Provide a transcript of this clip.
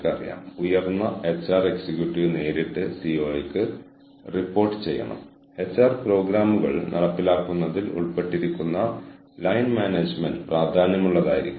ഒരു ദീർഘകാല കലണ്ടർ വർഷത്തിൽ ഒരേസമയം എച്ച്ആർ ബേസ് പുനർനിർമ്മിക്കുകയും എച്ച്ആർ ബേസിലെ എച്ച്ആർ സിസ്റ്റങ്ങളിലെ ഫീഡ്ബാക്ക് ഇഫക്റ്റുകൾ നിയന്ത്രിക്കുകയും ചെയ്യുമ്പോഴും ഇത് ഒരു ഓർഗനൈസേഷണൽ ലക്ഷ്യ നേട്ടമായിരിക്കണം